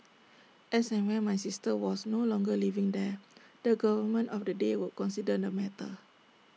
as and when my sister was no longer living there the government of the day would consider the matter